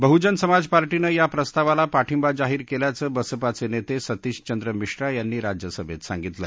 बह्जन समाज पार्टीनं या प्रस्तावाला पाठींबा जाहीर कल्प्राचं बसपाचनित्तसितीश चंद्र मिश्रा यांनी राज्यसभत्तसांगितलं